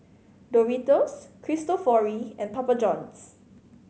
Doritos Cristofori and Papa Johns